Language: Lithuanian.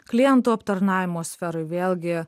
klientų aptarnavimo sferoj vėlgi